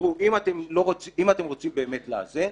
אם אתם באמת רוצים לאזן,